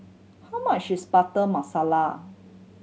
how much is Butter Masala